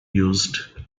used